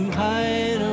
hide